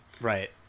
Right